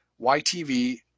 YTV